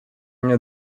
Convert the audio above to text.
nie